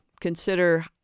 Consider